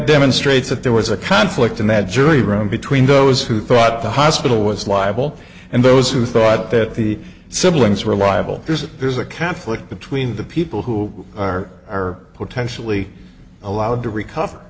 demonstrates that there was a conflict in that jury room between those who thought the hospital was liable and those who thought that the siblings were liable there's there's a conflict between the people who are are potentially allowed to recover